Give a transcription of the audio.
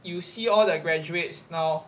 you see all the graduates now